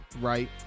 right